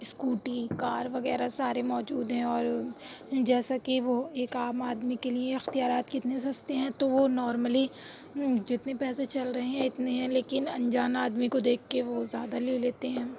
scooty car وغیرہ سارے موجود ہیں اور جیسا کہ وہ ایک عام آدمی کے لیے اختیارات کتنے سستے ہیں تو وہ نارملی جتنے پیسے چل رہے ہیں اتنے ہیں لیکن انجان آدمی کو دیکھ کے وہ زیادہ لے لیتے ہیں